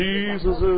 Jesus